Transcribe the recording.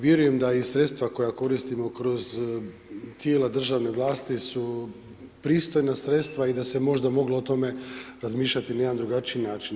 Vjerujem da i sredstva koja koristimo kroz tijela državne vlasti, su pristojna sredstva i da se možda moglo o tome razmišljati na jedan drugačiji način.